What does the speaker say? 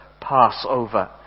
Passover